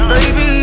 Baby